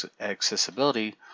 accessibility